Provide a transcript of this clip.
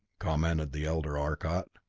commented the elder arcot.